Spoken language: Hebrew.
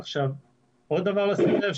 עוד דבר לשים לב,